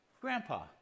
grandpa